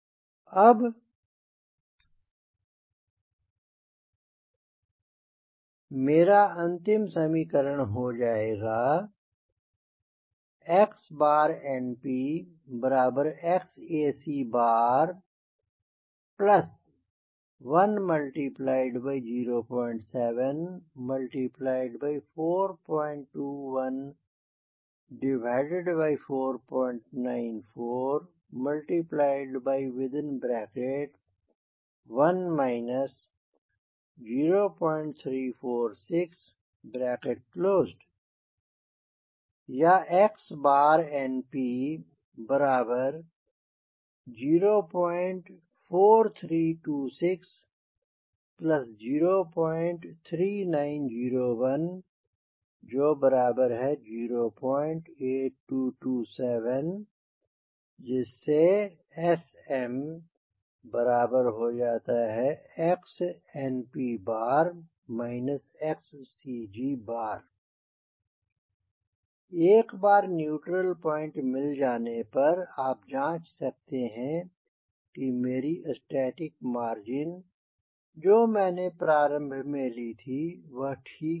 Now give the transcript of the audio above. अब मेरा अंतिम समीकरण हो जायेगा XNPXac1074214941 0346 XNP043260390108227 SMXNP XCG एक बार न्यूट्रल पॉइंट मिल जाने पर आप जांच सकते हैं की मेरी स्टैटिक मार्जिन जो मैंने प्रारम्भ में ली थी वह ठीक है या नहीं